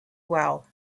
well